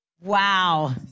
Wow